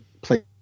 play